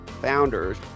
founders